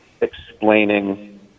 explaining